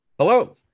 Hello